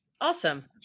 Awesome